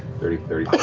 thirty, thirty